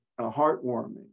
heartwarming